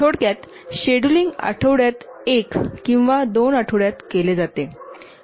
थोडक्यात शेड्यूलिंग आठवड्यात 1 किंवा 2 आठवड्यात केले जाते